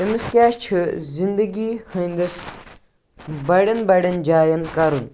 أمِس کیٛاہ چھِ زِندگی ہٕنٛدِس بَڑٮ۪ن بَڑٮ۪ن جایَن کَرُن